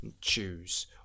choose